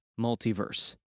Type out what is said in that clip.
multiverse